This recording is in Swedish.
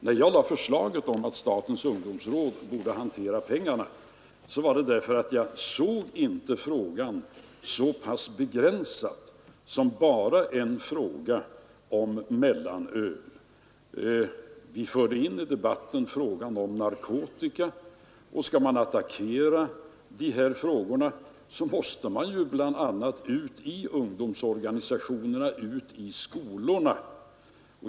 När jag lade fram förslaget om att statens ungdomsråd borde hantera pengarna gjorde jag det därför att jag inte ansåg att frågan var begränsad till att gälla enbart mellanöl. Vi förde in i debatten frågan om narkotika — och skall man attackera de här problemen måste man bl.a. ut i ungdomsorganisationerna och ut i skolorna.